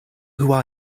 who